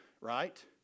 right